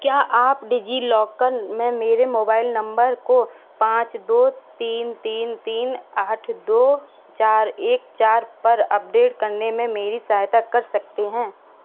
क्या आप डिजिलॉकर में मेरे मोबाइल नम्बर को पाँच दो तीन तीन तीन आठ दो चार एक चार पर अपडेट करने में मेरी सहायता कर सकते हैं